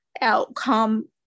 outcome